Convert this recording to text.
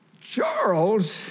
Charles